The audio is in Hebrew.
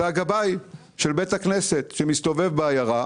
זה הגבאי של בית הכנסת שמסתובב בעיירה